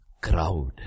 crowd